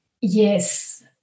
Yes